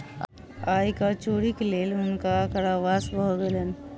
आय कर चोरीक लेल हुनका कारावास भ गेलैन